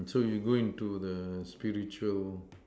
so you go into the spiritual